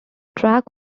track